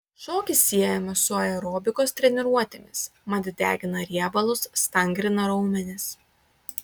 šokis siejamas su aerobikos treniruotėmis mat degina riebalus stangrina raumenis